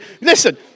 listen